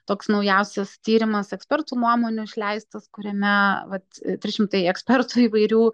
toks naujausias tyrimas ekspertų nuomonių išleistas kuriame vat trys šimtai ekspertų įvairių